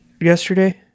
yesterday